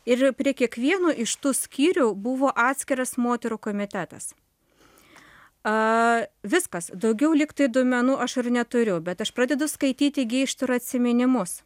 ir prie kiekvieno iš tų skyrių buvo atskiras moterų komitetas a viskas daugiau liktai duomenų aš ir neturiu bet aš pradedu skaityti geištoro atsiminimus